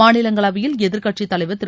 மாநிலங்களவையில் எதிர்க்கட்சித் தலைவர் திரு